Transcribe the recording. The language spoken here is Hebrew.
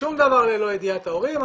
שם דבר ללא ידיעת ההורים.